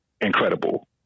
incredible